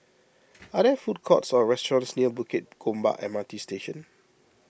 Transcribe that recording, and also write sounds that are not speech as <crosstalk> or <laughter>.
<noise> are there food courts or restaurants near Bukit Gombak M R T Station